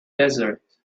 desert